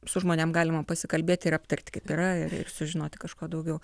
su žmonėm galima pasikalbėti ir aptarti kaip yra ir ir sužinoti kažką daugiau